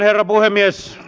herra puhemies